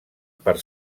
per